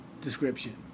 description